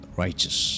righteous